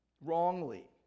wrongly